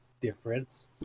difference